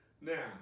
now